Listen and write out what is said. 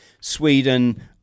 Sweden